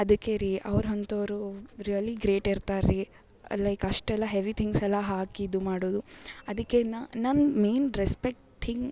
ಅದಕ್ಕೆ ರೀ ಅವ್ರಂಥೋರು ರಿಯಲಿ ಗ್ರೇಟ್ ಇರ್ತಾರ್ರೀ ಲೈಕ್ ಅಷ್ಟೆಲ್ಲ ಹೆವಿ ತಿಂಗ್ಸ್ ಎಲ್ಲ ಹಾಕಿ ಇದು ಮಾಡೋದು ಅದಕ್ಕೆ ನಾನು ಮೇನ್ ರೆಸ್ಪೆಕ್ಟಿಂಗ್